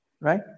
right